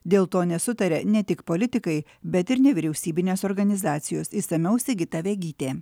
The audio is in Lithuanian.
dėl to nesutaria ne tik politikai bet ir nevyriausybinės organizacijos išsamiau sigita vegytė